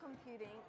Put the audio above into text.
computing